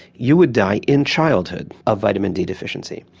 you would die in childhood of vitamin d deficiency,